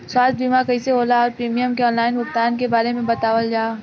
स्वास्थ्य बीमा कइसे होला और प्रीमियम के आनलाइन भुगतान के बारे में बतावल जाव?